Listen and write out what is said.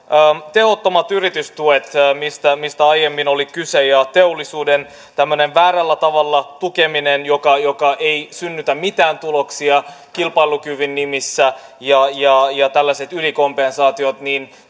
tehottomat yritystuet mistä aiemmin oli kyse ja teollisuuden tämmöinen väärällä tavalla tukeminen joka ei synnytä mitään tuloksia kilpailukyvyn nimissä ja tällaiset ylikompensaatiot